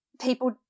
people